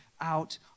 out